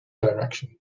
direction